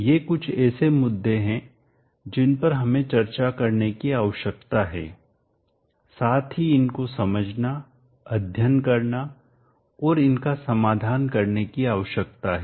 ये कुछ ऐसे मुद्दे हैं जिन पर हमें चर्चा करने की आवश्यकता है साथ ही इनको समझना अध्ययन करना और इनका समाधान करने की आवश्यकता है